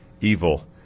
evil